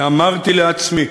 אמרתי לעצמי